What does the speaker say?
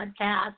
podcast